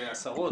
זה עשרות?